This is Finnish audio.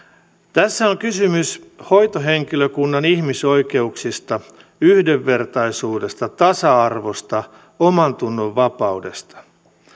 tässä on kysymys hoitohenkilökunnan ihmisoikeuksista yhdenvertaisuudesta tasa arvosta omantunnonvapaudesta